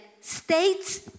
states